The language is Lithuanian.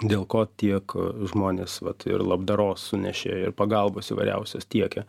dėl ko tiek žmonės vat ir labdaros sunešė ir pagalbos įvairiausios tiekia